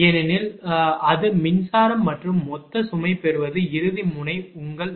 ஏனெனில் அது மின்சாரம் மற்றும் மொத்த சுமை பெறுவது இறுதி முனை உங்கள் 4